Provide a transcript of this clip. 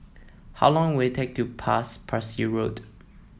how long will it take to pass Parsi Road